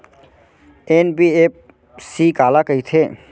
NBFC काला कहिथे?